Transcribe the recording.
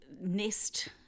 nest